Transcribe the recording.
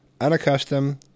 unaccustomed